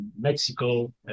Mexico